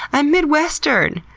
i'm midwestern!